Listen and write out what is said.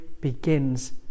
begins